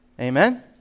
Amen